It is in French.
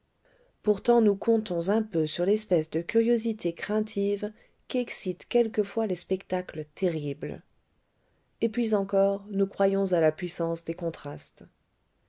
pourtant nous comptons un peu sur l'espèce de curiosité craintive qu'excitent quelquefois les spectacles terribles et puis encore nous croyons à la puissance des contrastes